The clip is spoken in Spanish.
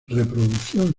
reproducción